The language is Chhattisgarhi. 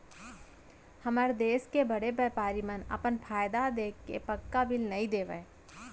हमर देस के बड़े बैपारी मन अपन फायदा देखके पक्का बिल नइ देवय